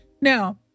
now